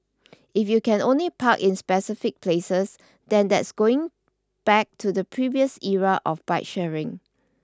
if you can only park in specific places then that's going back to the previous era of bike sharing